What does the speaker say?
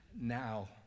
Now